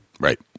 Right